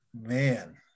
man